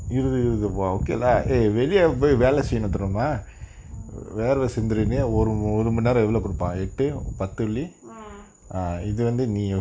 mm mm